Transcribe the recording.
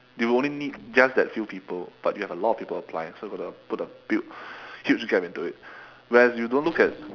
they will only need just that few people but you have a lot people applying so gotta put a big huge gap into it whereas you don't look at